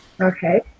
Okay